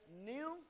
new